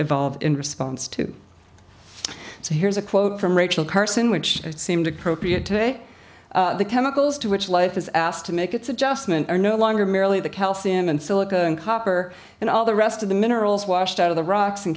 evolve in response to so here's a quote from rachel carson which seemed appropriate today the chemicals to which life is asked to make its adjustment are no longer merely the calcium and silicon copper and all the rest of the minerals washed out of the rocks and